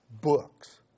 books